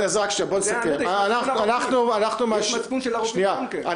יש מצפון של הרופאים גם כן.